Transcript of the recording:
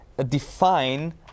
define